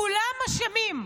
כולם אשמים.